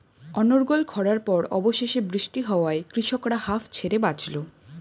অনর্গল খড়ার পর অবশেষে বৃষ্টি হওয়ায় কৃষকরা হাঁফ ছেড়ে বাঁচল